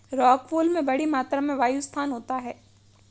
rockwool में बड़ी मात्रा में वायु स्थान होता है